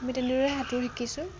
আমি তেনেদৰে সাঁতোৰ শিকিছোঁ